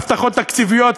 הבטחות תקציביות,